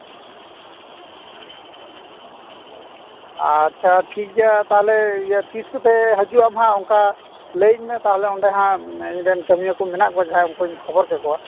ᱟᱪᱪᱷᱟ ᱴᱷᱤᱠᱜᱮᱭᱟ ᱛᱟᱦᱞᱮ ᱛᱤᱥ ᱠᱚᱛᱮ ᱦᱤᱡᱩᱜ ᱟᱢ ᱦᱟᱸᱜ ᱚᱱᱠᱟ ᱞᱟᱹᱭᱟᱹᱧ ᱢᱮ ᱛᱟᱦᱞᱮ ᱚᱸᱰᱮ ᱦᱟᱸᱜ ᱤᱧ ᱨᱮᱱ ᱠᱟᱹᱢᱭᱟᱹ ᱠᱚ ᱢᱮᱱᱟᱜ ᱠᱚᱣᱟ ᱡᱟᱦᱟᱸᱭ ᱩᱱᱠᱩᱧ ᱠᱷᱚᱵᱚᱨ ᱠᱮᱠᱚᱣᱟ